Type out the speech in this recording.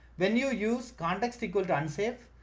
when you use context equal to unsafe.